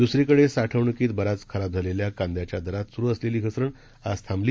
द्सरीकडे साठवण्कीत बराच खराब झालेल्या कांद्याच्या दरात स्रू असलेली घसरण आज थांबली